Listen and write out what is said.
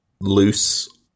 loose